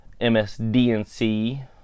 MSDNC